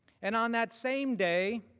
and on that same day,